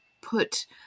put